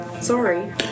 Sorry